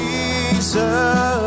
Jesus